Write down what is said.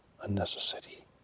unnecessary